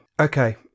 Okay